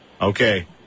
Okay